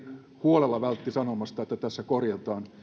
huolella vältti sanomasta että tässä korjataan